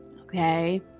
okay